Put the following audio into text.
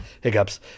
Hiccups